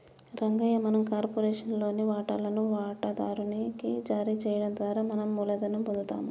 రంగయ్య మనం కార్పొరేషన్ లోని వాటాలను వాటాదారు నికి జారీ చేయడం ద్వారా మనం మూలధనం పొందుతాము